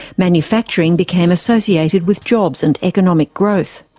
manufacturing became associated with jobs and economic growth.